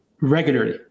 regularly